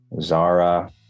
Zara